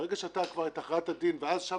ברגע שהייתה כבר את הכרעת הדין ואז שם